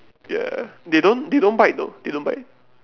ya they don't they don't bite though they don't bite